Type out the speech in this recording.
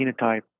phenotype